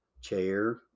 chair